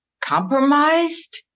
compromised